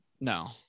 No